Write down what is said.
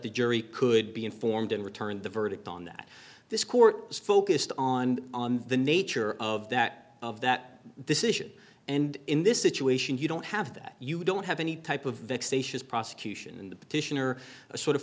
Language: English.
the jury could be informed and return the verdict on that this court is focused on the nature of that of that this issue and in this situation you don't have that you don't have any type of vexatious prosecution in the petition or a sort of